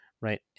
right